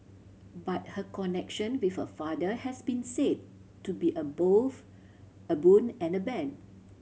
but her connection with her father has been said to be a both a boon and a bane